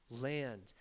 land